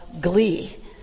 glee